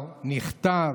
נהרי,